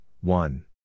one